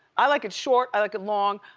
i like it short, i like it long.